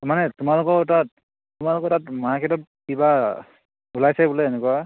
মানে তোমালোকৰ তাত তোমালোকৰ তাত মাৰ্কেটত কিবা ওলাইছে বোলে এনেকুৱা